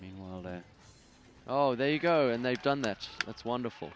meanwhile that oh there you go and they've done that that's wonderful